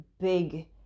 big